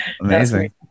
Amazing